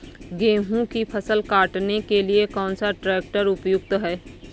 गेहूँ की फसल काटने के लिए कौन सा ट्रैक्टर उपयुक्त है?